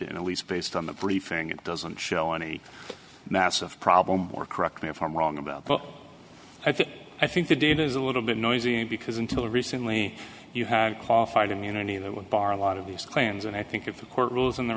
at least based on the briefing it doesn't show any massive problem or correct me if i'm wrong about but i think the data is a little bit noisy and because until recently you had qualified immunity that would bar a lot of these claims and i think if the court rules in the